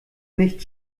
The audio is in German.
nicht